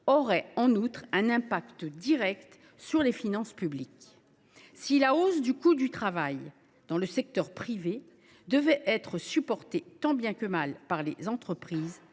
aurait un impact direct sur les finances publiques. Si la hausse du coût du travail dans le secteur privé devait être supportée tant bien que mal par les entreprises,